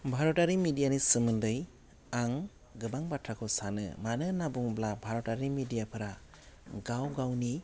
भारतारि मेडियानि सोमोन्दै आं गोबां बाथ्राखौ सानो मानो होनना बुङोब्ला भारतआरि मेडियाफोरा गाव गावनि